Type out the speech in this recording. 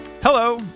Hello